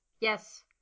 Yes